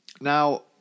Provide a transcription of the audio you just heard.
Now